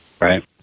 Right